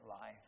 life